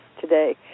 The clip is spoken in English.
today